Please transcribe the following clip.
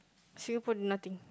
Singapore nothing